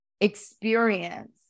experience